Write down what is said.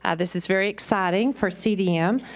and this is very exciting for cdm.